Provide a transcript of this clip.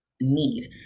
need